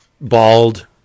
bald